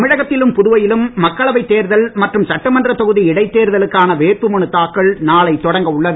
தமிழகத்திலும் புதுவையிலும் மக்களவை தேர்தல் மற்றும் சட்டமன்ற தொகுதி இடைத்தேர்தலுக்கான வேட்புமனு தாக்கல் நாளை தொடங்க உள்ளது